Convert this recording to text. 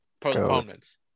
postponements